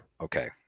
okay